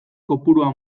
kopurua